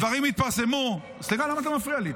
הדברים התפרסמו, סליחה, למה אתה מפריע לי?